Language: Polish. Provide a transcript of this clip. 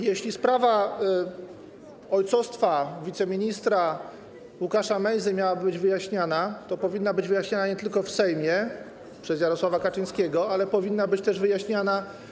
Jeśli sprawa ojcostwa wiceministra Łukasza Mejzy miałaby być wyjaśniana, to powinna być wyjaśniana nie tylko w Sejmie przez Jarosława Kaczyńskiego, ale powinna być też wyjaśniana.